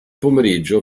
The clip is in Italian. pomeriggio